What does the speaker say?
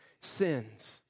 sins